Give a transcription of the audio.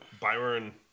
Byron